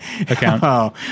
account